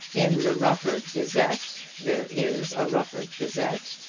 in the rufford gazette. there is a rufford gazette,